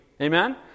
amen